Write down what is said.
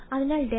അതിനാൽ ∇ϕ